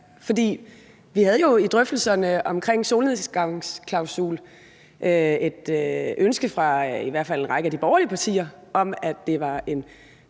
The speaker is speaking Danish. vi havde jo i drøftelserne omkring en solnedgangsklausul et ønske fra i hvert fald en række af de borgerlige partier om, at det var en